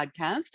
podcast